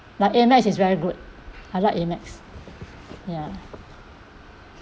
like amex is very good I like amex ya